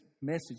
message